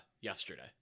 yesterday